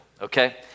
okay